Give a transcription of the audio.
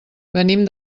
venim